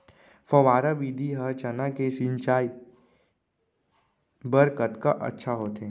फव्वारा विधि ह चना के सिंचाई बर कतका अच्छा होथे?